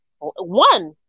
one